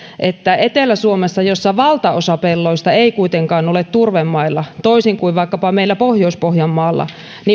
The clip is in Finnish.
että etelä suomessa missä valtaosa pelloista ei kuitenkaan ole turvemailla toisin kuin vaikkapa meillä pohjois pohjanmaalla